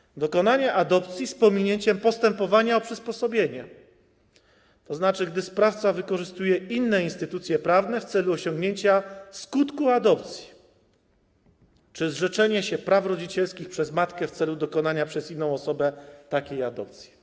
Chodzi o dokonanie adopcji z pominięciem postępowania o przysposobienie, tzn. gdy sprawca wykorzystuje inne instytucje prawne w celu osiągnięcia skutku adopcji czy zrzeczenia się praw rodzicielskich przez matkę w celu dokonania przez inną osobę takiej adopcji.